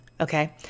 Okay